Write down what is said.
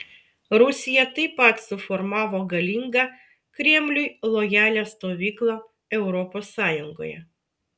rusija taip pat suformavo galingą kremliui lojalią stovyklą europos sąjungoje